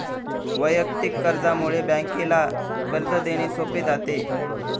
वैयक्तिक कर्जामुळे बँकेला कर्ज देणे सोपे जाते